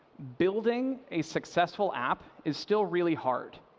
building a successful app is still really hard,